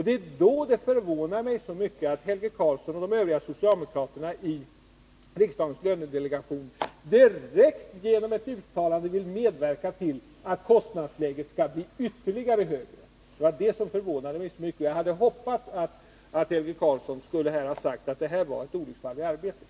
Det är därför det förvånar mig så mycket att Helge Karlsson och de övriga socialdemokraterna i riksdagens lönedelegation direkt genom ett uttalande ville medverka till att kostnadsläget skulle bli ännu högre. Jag hade hoppats att Helge Karlsson här skulle säga att detta var ett olycksfall i arbetet.